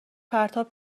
پرتاب